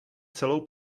celou